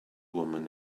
woman